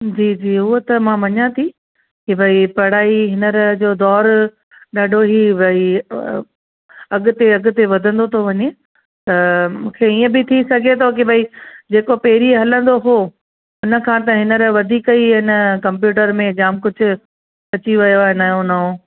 जी जी उहो त मां मञा थी की भई पढ़ाई हीअंर जो दौर ॾाढो ई भई अॻिते अॻिते वधंदो थो वञे त मूंखे ईअं बि थी सघे थो की भई जेको पहिरीं हलंदो हो हुनखां त हीअंर वधीक ई अन कंप्यूटर में जाम कुझु अची वियो आहे नओ नओ